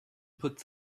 put